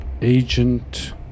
agent